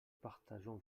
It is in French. partageons